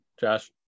Josh